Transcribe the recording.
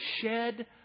shed